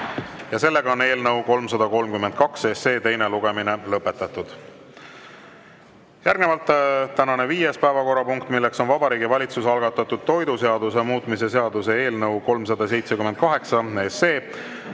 toetust. Eelnõu 332 teine lugemine on lõpetatud. Järgnevalt tänane viies päevakorrapunkt, milleks on Vabariigi Valitsuse algatatud toiduseaduse muutmise seaduse eelnõu 378. See